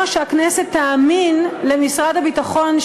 למה תאמין הכנסת למשרד הביטחון,